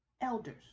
elders